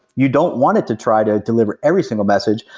you don't want it to try to deliver every single message,